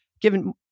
given